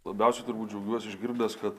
labiausiai turbūt džiaugiuosi išgirdęs kad